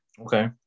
Okay